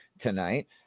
tonight